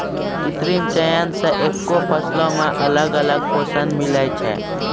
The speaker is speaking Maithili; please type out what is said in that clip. कृत्रिम चयन से एक्के फसलो मे अलग अलग पोषण मिलै छै